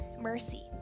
mercy